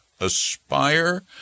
Aspire